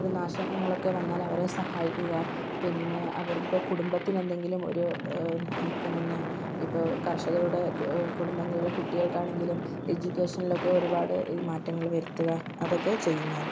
ഒരു നാശങ്ങളൊക്കെ വന്നാലവരെ സഹായിക്കുക പിന്നെ അവരുടെ കുടുംബത്തിനെന്തെങ്കിലും ഒരു പിന്നെ ഇപ്പം കർഷകരുടെ കു കുടുംബങ്ങളിലെ കുട്ടികൾക്കാണെങ്കിലും എഡ്യൂക്കേഷനിലൊക്കെ ഒരുപാട് മാറ്റങ്ങൾ വരുത്തുക അതൊക്കെ ചെയ്യും ഞാൻ